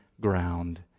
ground